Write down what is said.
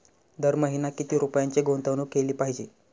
दर महिना किती रुपयांची गुंतवणूक केली पाहिजे?